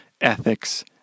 ethics